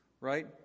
right